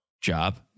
job